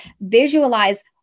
visualize